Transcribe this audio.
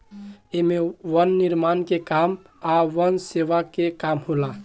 एमे वन निर्माण के काम आ वन सेवा के काम होला